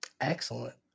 Excellent